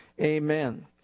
Amen